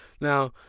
now